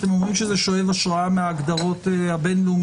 אתם אומרים שזה שואב השראה מההגדרות הבין-לאומיות,